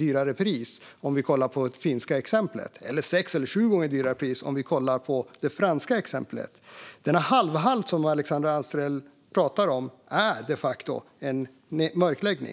högre pris, om vi tittar på det finländska exemplet, eller till ett sex eller sju gånger högre pris, om vi tittar på det franska exemplet. Den halvhalt som Alexandra Anstrell pratar om är de facto en mörkläggning.